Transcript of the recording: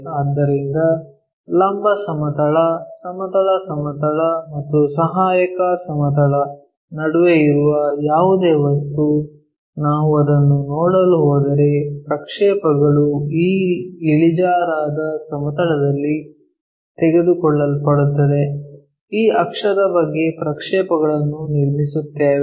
ಆದ್ದರಿಂದ ಲಂಬ ಸಮತಲ ಸಮತಲ ಸಮತಲ ಮತ್ತು ಸಹಾಯಕ ಸಮತಲದ ನಡುವೆ ಇರುವ ಯಾವುದೇ ವಸ್ತು ನಾವು ಅದನ್ನು ನೋಡಲು ಹೋದರೆ ಪ್ರಕ್ಷೇಪಗಳು ಈ ಇಳಿಜಾರಾದ ಸಮತಲದಲ್ಲಿ ತೆಗೆದುಕೊಳ್ಳಲ್ಪಡುತ್ತವೆ ಈ ಅಕ್ಷದ ಬಗ್ಗೆ ಪ್ರಕ್ಷೇಪಗಳನ್ನು ನಿರ್ಮಿಸುತ್ತೇವೆ